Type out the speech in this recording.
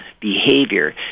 behavior